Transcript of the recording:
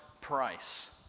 price